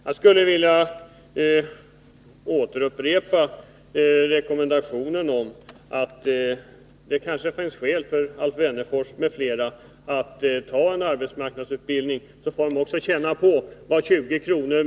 Jag skulle vilja upprepa att det kanske finns skäl för Alf Wennerfors m.fl. att genomgå en arbetsmarknadsutbildning, då skulle också ni få känna på vad 20 kr.